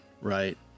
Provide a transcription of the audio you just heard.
right